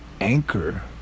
Anchor